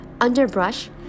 underbrush